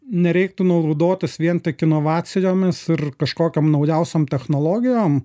nereiktų naudotis vien tik inovacijomis ir kažkokiom naujausiom technologijom